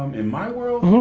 um in my world,